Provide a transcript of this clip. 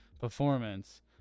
performance